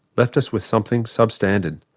left us with something sub-standard?